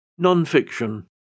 Nonfiction